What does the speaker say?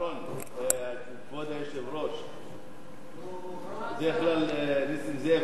בדרך כלל נסים זאב